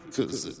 Cause